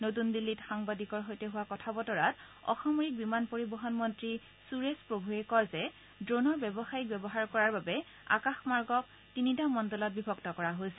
নতুন দিল্লীত সাংবাদিকৰ সৈতে হোৱা কথা বতৰাত অসামৰিক বিমান পৰিবহণ মন্নী সুৰেশ প্ৰভুৱে কয় যে ড্ৰনৰ ব্যৱসায়ীক ব্যৱহাৰ কৰাৰ বাবে আকাশ মাৰ্গক তিনিটা মণ্ডলত বিভক্ত কৰা হৈছে